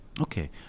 Okay